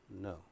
No